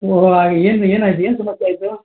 ಓ ಹಾಂ ಏನು ಏನಾಯ್ತು ಏನು ಸಮಸ್ಯೆ ಆಯ್ತು